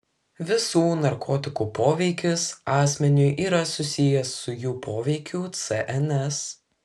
visų narkotikų poveikis asmeniui yra susijęs su jų poveikiu cns